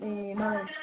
ए मलाई